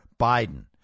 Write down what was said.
Biden